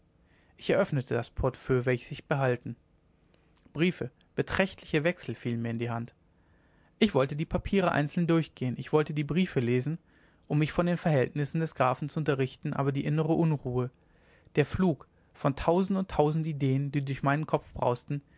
ich eröffnete das portefeuille welches ich behalten briefe beträchtliche wechsel fielen mir in die hand ich wollte die papiere einzeln durchgehen ich wollte die briefe lesen um mich von den verhältnissen des grafen zu unterrichten aber die innere unruhe der flug von tausend und tausend ideen die durch meinen kopf brausten